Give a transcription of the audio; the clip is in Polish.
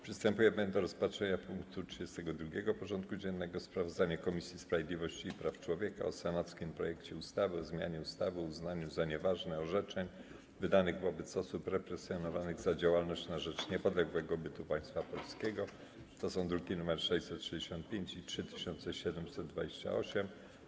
Przystępujemy do rozpatrzenia punktu 32. porządku dziennego: Sprawozdanie Komisji Sprawiedliwości i Praw Człowieka o senackim projekcie ustawy o zmianie ustawy o uznaniu za nieważne orzeczeń wydanych wobec osób represjonowanych za działalność na rzecz niepodległego bytu Państwa Polskiego (druki nr 665 i 3728)